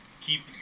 keep